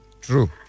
True।